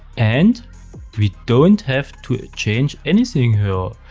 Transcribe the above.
and we don't have to change anything here.